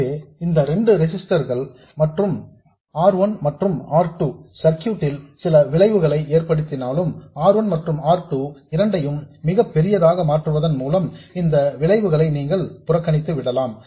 எனவே இந்த இரண்டு ரெசிஸ்டர்ஸ் R 1 மற்றும் R 2 சர்க்யூட் ல் சில விளைவுகளை ஏற்படுத்தினாலும் R 1 மற்றும் R 2 இரண்டையும் மிகப்பெரியதாக மாற்றுவதன் மூலம் அந்த விளைவுகளை நீங்கள் புறக்கணித்து விடலாம்